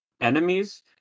enemies